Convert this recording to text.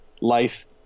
life